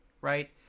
right